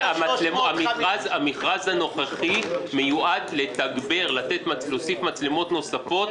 המכרז הנוכחי מיועד לתגבר, להוסיף מצלמות נוספות.